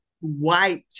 white